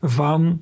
van